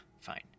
fine